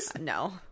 No